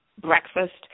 breakfast